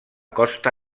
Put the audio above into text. costa